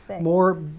more